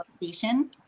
location